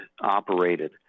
operated